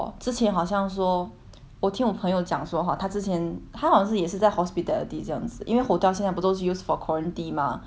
我听我朋友讲说 hor 他之前他好像是也是在 hospitality 这样子因为 hotel 现在不都是 used for quarantine mah for tourist 那些 that's why